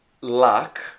luck